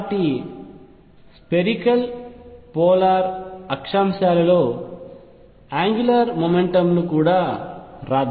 కాబట్టి spherical polar అక్షాంశాలలో angular mechanics ను కూడా వ్రాద్దాం